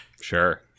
Sure